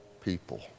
people